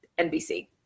NBC